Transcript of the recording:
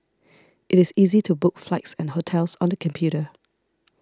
it is easy to book flights and hotels on the computer